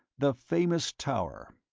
the famous tower.